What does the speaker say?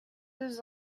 deux